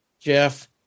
Jeff